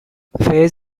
fez